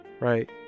right